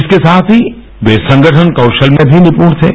इसके साथ ही ये संगठन कौशल में भी निपुष थे